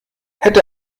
hätte